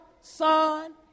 Son